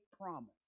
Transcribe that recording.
promise